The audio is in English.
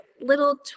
little